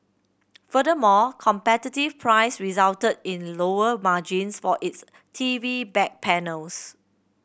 furthermore competitive price resulted in lower margins for its T V back panels